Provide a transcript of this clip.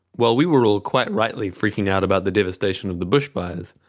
while we were all quite rightly freaking out about the devastation of the bushfires,